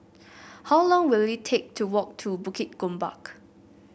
how long will it take to walk to Bukit Gombak